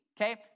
Okay